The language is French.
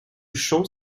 champ